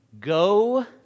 Go